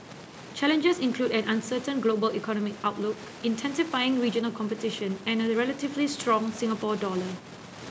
challenges include an uncertain global economic outlook intensifying regional competition and a relatively strong Singapore dollar